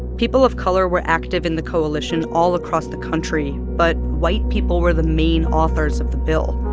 people of color were active in the coalition all across the country, but white people were the main authors of the bill,